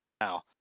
now